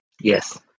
Yes